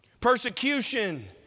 Persecution